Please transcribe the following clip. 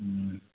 हूँ